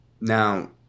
Now